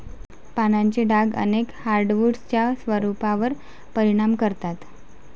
पानांचे डाग अनेक हार्डवुड्सच्या स्वरूपावर परिणाम करतात